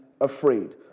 afraid